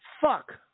fuck